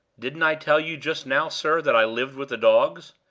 didn't i tell you just now, sir, that i lived with the dogs?